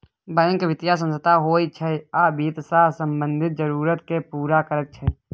bank बित्तीय संस्थान होइ छै आ बित्त सँ संबंधित जरुरत केँ पुरा करैत छै